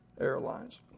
airlines